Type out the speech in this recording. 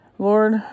Lord